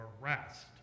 rest